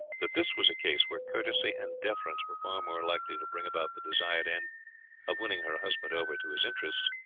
that this was a case where courtesy and deference were far more likely to bring about the desired end of winning her husband over to his interests,